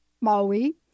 Maui